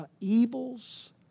evils